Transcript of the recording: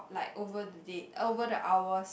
like over the date over the hours